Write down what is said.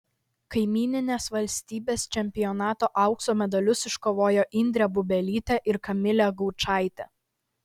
kaimyninės valstybės čempionato aukso medalius iškovojo indrė bubelytė ir kamilė gaučaitė